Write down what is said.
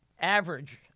average